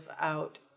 out